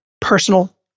personal